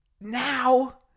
now